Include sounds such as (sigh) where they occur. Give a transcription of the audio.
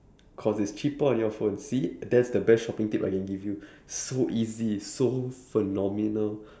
cause it's cheaper on your phone see that's the best shopping tip I can give you (breath) so easy so phenomenal